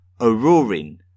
Aurorin